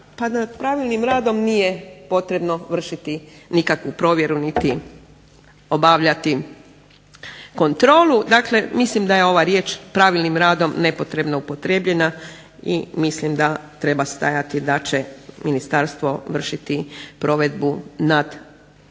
Pa nad pravilnim radom nije potrebno vršiti nikakvu provjeru niti obavljati kontrolu, dakle mislim da je ova riječ pravilnim radom nepotrebno upotrijebljena i mislim da treba stajati da će ministarstvo vršiti provedbu nad radom.